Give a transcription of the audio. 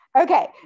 Okay